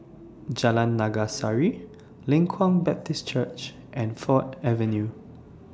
Jalan Naga Sari Leng Kwang Baptist Church and Ford Avenue